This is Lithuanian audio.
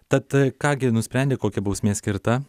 tad ką gi nusprendė kokia bausmė skirta